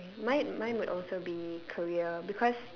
mine mine would also be career because